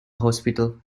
hospital